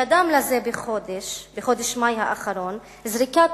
כשקדמה לזה בחודש מאי האחרון זריקת